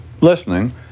listening